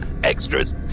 Extras